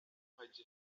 faig